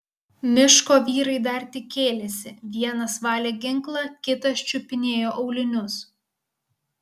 miško vyrai dar tik kėlėsi vienas valė ginklą kitas čiupinėjo aulinius